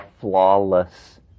flawless